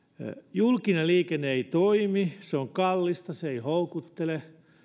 julkinen liikenne ei toimi se on kallista se ei houkuttele